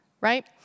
right